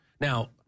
Now